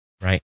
right